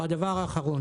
והדבר האחרון